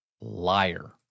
Liar